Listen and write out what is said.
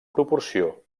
proporció